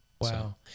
Wow